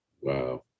Wow